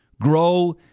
grow